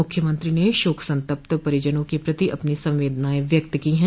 मुख्यमंत्री ने शोक सतप्त परिजनों के प्रति अपनी संवदेनाएं व्यक्त की हैं